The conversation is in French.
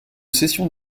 cession